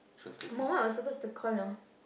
Muhammad was supposed to call you know